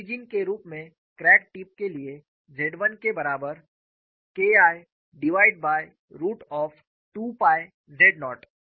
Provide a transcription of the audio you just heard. origin के रूप में क्रैक टिप के लिए Z 1 के बराबर K I divide by root of 2 pi Z not